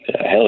Hell